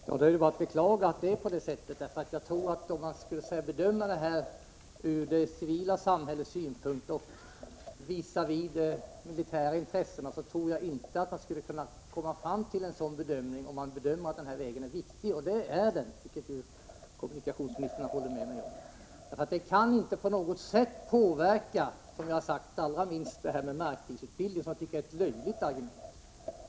Herr talman! Det är bara att beklaga att det är på det sättet. Om man skall bedöma frågan ur det civila samhällets synpunkt visavi de militära intressena tror jag inte att man kan komma fram till en sådan bedömning —- om man anser att vägen är viktig, och det är den. Det håller kommunikationsministern ju med mig om. En väg med den aktuella sträckningen kan inte på något sätt påverka markstridsutbildningen. Jag tycker det är ett löjligt argument.